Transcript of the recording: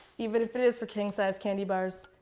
even if it is for king-size candy bars,